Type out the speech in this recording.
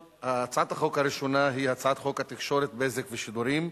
הצעת החוק הראשונה היא הצעת חוק התקשורת (בזק ושידורים)